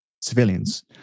civilians